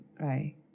right